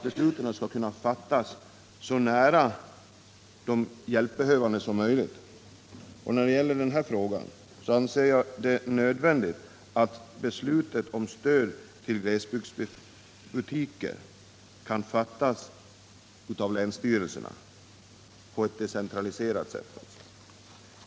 Besluten bör kunna fattas så nära de hjälpbehövande som möjligt, och så snabbt som möjligt. Därför anser jag det nödvändigt att beslutet om stöd till glesbygdsbutiker kan fattas av länsstyrelserna.